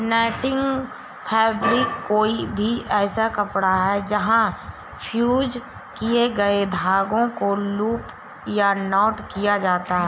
netting fabric कोई भी ऐसा कपड़ा है जहाँ फ़्यूज़ किए गए धागों को लूप या नॉट किया जाता है